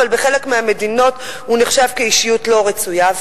אבל בחלק מהמדינות הוא נחשב אישיות לא רצויה.